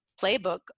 playbook